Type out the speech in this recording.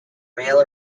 male